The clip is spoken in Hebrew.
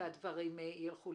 זה יפה מאוד.